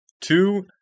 two